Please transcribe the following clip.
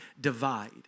divide